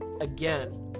again